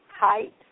height